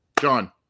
John